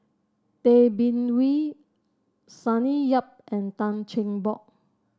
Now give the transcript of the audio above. Tay Bin Wee Sonny Yap and Tan Cheng Bock